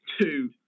two